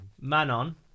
Manon